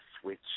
switch